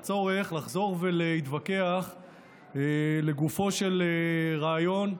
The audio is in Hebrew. את הצורך לחזור ולהתווכח לגופו של רעיון,